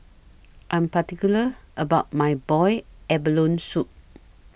I'm particular about My boiled abalone Soup